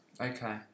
Okay